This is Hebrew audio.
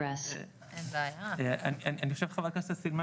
אני חושב חברת הכנסת סילמן